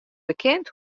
bekend